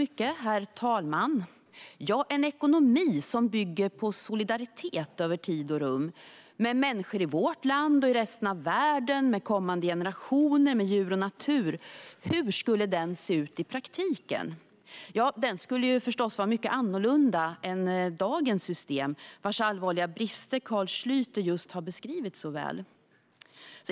Herr talman! En ekonomi som bygger på solidaritet över tid och rum med människor i vårt land och i resten av världen, med kommande generationer, med djur och natur, hur skulle den se ut i praktiken? Den skulle förstås vara mycket annorlunda än dagens system, vars allvarliga brister Carl Schlyter just har beskrivit så väl.